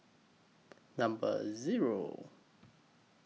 Number Zero